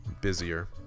busier